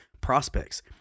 prospects